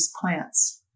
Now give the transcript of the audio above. plants